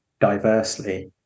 diversely